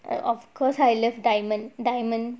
err of course I love diamond diamond